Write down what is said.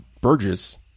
Burgess